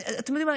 אתם יודעים מה?